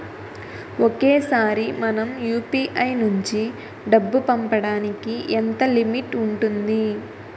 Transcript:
ఒకేసారి మనం యు.పి.ఐ నుంచి డబ్బు పంపడానికి ఎంత లిమిట్ ఉంటుంది?